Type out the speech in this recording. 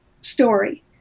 story